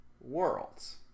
worlds